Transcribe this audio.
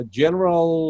general